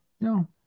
No